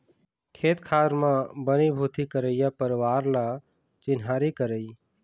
खेत खार म बनी भूथी करइया परवार ल चिन्हारी करई